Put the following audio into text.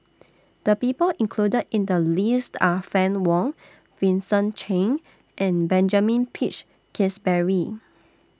The People included in The list Are Fann Wong Vincent Cheng and Benjamin Peach Keasberry